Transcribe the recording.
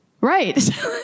Right